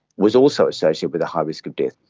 was also associated with a high risk of death,